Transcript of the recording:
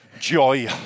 joy